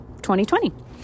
2020